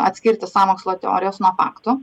atskirti sąmokslo teorijas nuo faktų